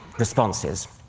responses.